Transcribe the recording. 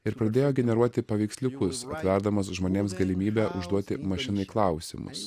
ir pradėjo generuoti paveiksliukus atverdamas žmonėms galimybę užduoti mašinai klausimus